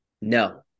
No